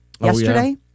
yesterday